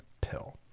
pill